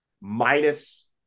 minus